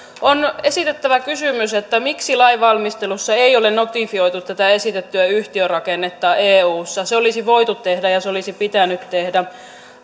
on esitettävä kysymys miksi lainvalmistelussa ei ole notifioitu tätä esitettyä yhtiörakennetta eussa se olisi voitu tehdä ja se olisi pitänyt tehdä